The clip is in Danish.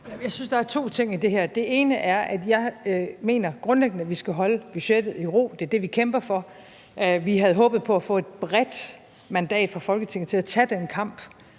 Jeg synes, der er to ting i det her. Det ene er, at jeg mener grundlæggende, at vi skal holde budgettet i ro – det er det, vi kæmper for. Vi havde håbet på at få et bredt mandat af Folketinget til at tage den kamp,